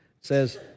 says